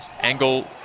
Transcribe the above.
angle